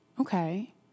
Okay